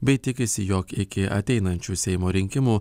bei tikisi jog iki ateinančių seimo rinkimų